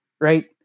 right